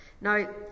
Now